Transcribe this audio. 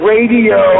Radio